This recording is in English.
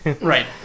right